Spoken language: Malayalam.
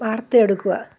വാർത്ത എടുക്കുക